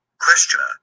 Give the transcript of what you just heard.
Questioner